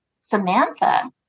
Samantha